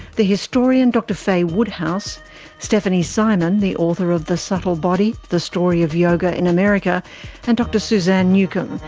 the historian dr fay woodhouse stefanie syman, the author of the subtle body the story of yoga in america, and dr suzanne newcombe,